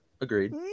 Agreed